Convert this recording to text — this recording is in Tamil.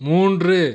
மூன்று